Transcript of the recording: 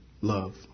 Love